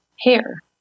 Hair